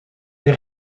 des